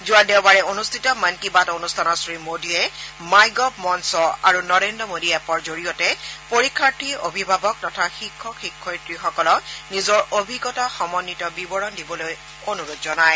যোৱা দেওবাৰে অনুষ্ঠিত মন কী বাত অনুষ্ঠানত শ্ৰীমোডীয়ে মাইগভ মঞ্চ আৰু নৰেন্দ্ৰ মোডী এপৰ জৰিয়তে পৰিক্ষাৰ্থী অভিভাৱক তথা শিক্ষক শিক্ষয়িত্ৰীসকলক নিজৰ অভিজ্ঞতা সমন্বিত বিৱৰণ দিবলৈ অনুৰোধ জনায়